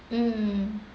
mm